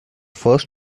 first